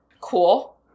Cool